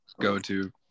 go-to